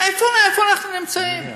איפה אנחנו נמצאים?